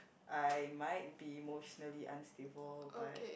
I might be emotionally unstable but